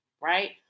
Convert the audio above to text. right